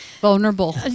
vulnerable